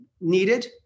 needed